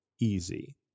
easy